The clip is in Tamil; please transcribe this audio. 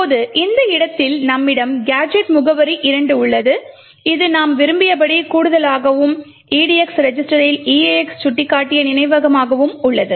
இப்போது இந்த இடத்தில் நம்மிடம் கேஜெட் முகவரி 2 உள்ளது இது நாம் விரும்பியபடி கூடுதலாகவும் edx ரெஜிஸ்டரில் eax சுட்டிக்காட்டிய நினைவகமாகவும் உள்ளது